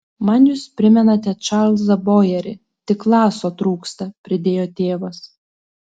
man jūs primenate čarlzą bojerį tik laso trūksta pridėjo tėvas